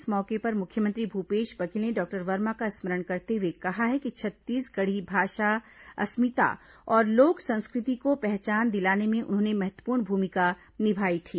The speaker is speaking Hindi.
इस मौके पर मुख्यमंत्री भूपेश बघेल ने डॉक्टर वर्मा का स्मरण करते हुए कहा है कि छत्तीसगढ़ी भाषा अस्मिता और लोक संस्कृति को पहचान दिलाने में उन्होंने महत्वपूर्ण भूमिका निभाई थी